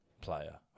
Player